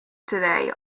today